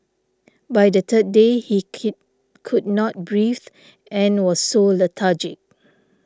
by the third day he could not breathe and was so lethargic